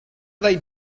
are